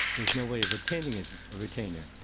there's no way of obtaining a retainer.